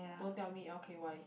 don't tell me l_k_y